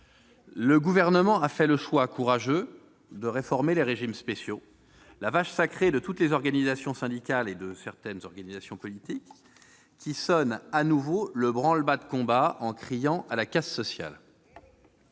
Le Gouvernement a fait le choix courageux de réformer les régimes spéciaux, vache sacrée de toutes les organisations syndicales et de certaines organisations politiques, qui sonnent à nouveau le branle-bas de combat en criant à la casse sociale.